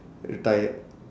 very tired